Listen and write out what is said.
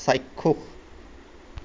চাক্ষুষ